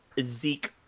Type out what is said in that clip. Zeke